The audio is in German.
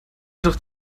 doch